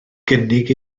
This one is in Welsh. gynnig